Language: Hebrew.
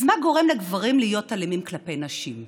אז מה גורם לגברים להיות אלימים כלפי נשים?